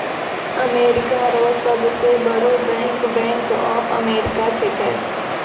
America रो सब से बड़ो बैंक बैंक ऑफ अमेरिका छैकै